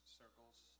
circles